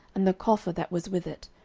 and the coffer that was with it,